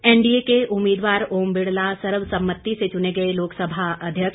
NDA के उम्मीदवार ओम बिड़ला सर्वसम्मति से चुने गए लोकसभा अध्यक्ष